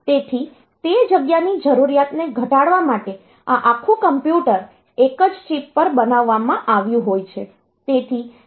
તેથી તે જગ્યાની જરૂરિયાતને ઘટાડવા માટે આ આખું કોમ્પ્યુટર એક જ ચિપ પર બનાવવામાં આવ્યું હોય છે